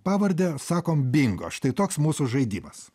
pavardę sakom bingo štai toks mūsų žaidimas